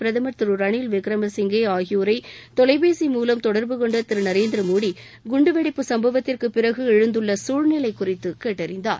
பிரதமர் திரு ரணில் விக்கிரமசிங்கே ஆகியோரை தொலைபேசி மூலம் தொடர்பு கொண்ட திரு நரேந்திர மோடி குண்டுவெடிப்பு சம்பவத்திற்கு பிறகு எழுந்துள்ள சூழ்நிலை குறித்து கேட்டறிந்தார்